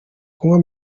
kunywa